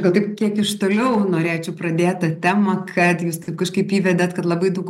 gal taip kiek iš toliau norėčiau pradėt tą temą kad jūs taip kažkaip įvedėt kad labai daug